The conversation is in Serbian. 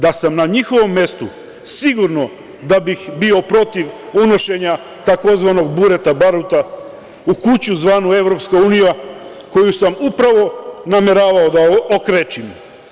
Da sam na njihovom mestu sigurno da bih bio protiv unošenja tzv. bureta baruta u kuću zvanu EU koju sam upravo nameravao da okrečim.